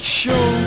show